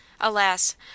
Alas